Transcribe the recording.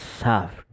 soft